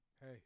hey